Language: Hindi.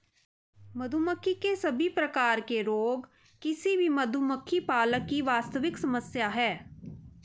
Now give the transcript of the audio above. मधुमक्खी के सभी प्रकार के रोग किसी भी मधुमक्खी पालक की वास्तविक समस्या है